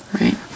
right